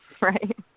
right